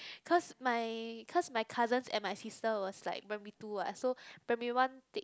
cause my cause my cousin and my sister was like primary two what so primary one take